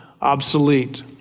obsolete